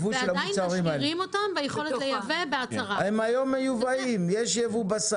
תבדילי רגע בין שני טקטים, האם אתה יכול להביא את